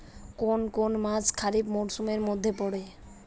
কোন কোন মাস খরিফ মরসুমের মধ্যে পড়ে?